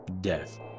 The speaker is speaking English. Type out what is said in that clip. death